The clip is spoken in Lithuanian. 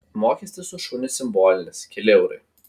mokestis už šunį simbolinis keli eurai